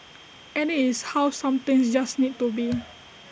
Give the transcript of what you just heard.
and IT is how some things just need to be